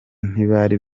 ntibari